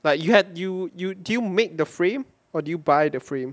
but you had you you do you make the frame or do you buy the frame